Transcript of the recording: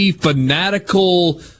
fanatical